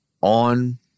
on